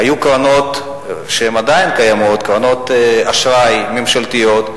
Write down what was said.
היו קרנות שעדיין קיימות, קרנות אשראי ממשלתיות,